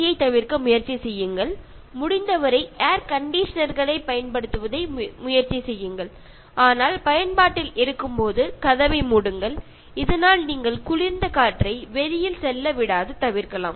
யைத் தவிர்க்க முயற்சி செய்யுங்கள் முடிந்தவரை ஏர் கண்டிஷனர்களைப் பயன்படுத்துவதைத் தவிர்க்க முயற்சி செய்யுங்கள் ஆனால் பயன்பாட்டில் இருக்கும்போது கதவை மூடுங்கள் இதனால் நீங்கள் குளிர்ந்த காற்றை வெளியில் செல்ல விடாது தவிர்க்கலாம்